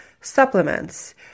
Supplements